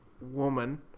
woman